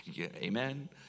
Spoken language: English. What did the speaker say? Amen